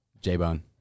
J-Bone